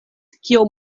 kio